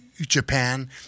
Japan